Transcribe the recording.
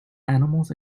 animals